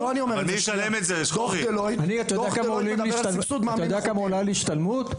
אתה יודע כמה עולה לי השתלמות?